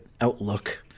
outlook